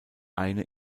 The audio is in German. eine